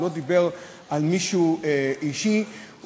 הוא לא דיבר על מישהו אישי,